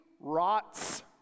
rots